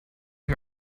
you